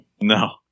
No